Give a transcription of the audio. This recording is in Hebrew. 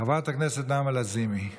חברת הכנסת נעמה לזימי ראשונה.